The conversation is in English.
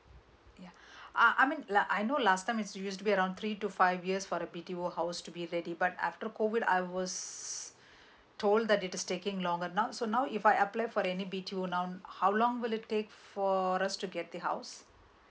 ya uh I I mean luh I know last time is use be around three to five years for the B_T_O house to be ready but after COVID I was told that it is taking longer now so now if I apply for any B_T_O now how long will it take for us to get the house